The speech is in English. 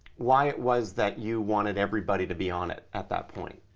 why it was that you wanted everybody to be on it at that point.